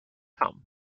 come